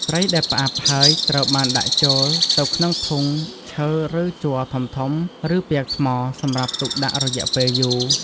ត្រីដែលផ្អាប់ហើយត្រូវបានដាក់ចូលទៅក្នុង ធុងឈើ ឬជ័រធំៗ ឬពាងថ្មសម្រាប់ទុកដាក់រយៈពេលយូរ។